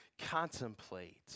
contemplate